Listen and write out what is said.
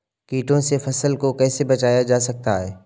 कीटों से फसल को कैसे बचाया जा सकता है?